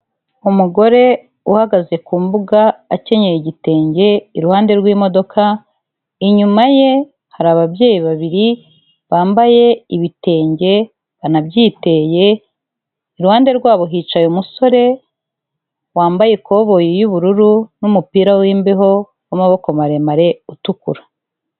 Umugore uhagaze ku mbuga akenyeye igitenge iruhande rw'imodoka, inyuma ye hari ababyeyi babiri bambaye ibitenge banabyiteye, iruhande rwabo hicaye umusore wambaye ikoboyi y'ubururu n'umupira w'imbeho w'amaboko maremare utukura.